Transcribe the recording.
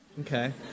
Okay